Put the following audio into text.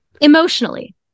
Emotionally